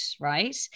right